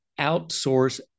outsource